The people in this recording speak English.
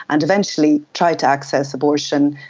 and eventually tried to access abortion,